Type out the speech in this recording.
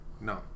no